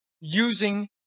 using